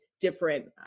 different